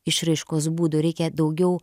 išraiškos būdų reikia daugiau